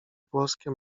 włoskie